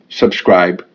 subscribe